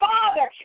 Father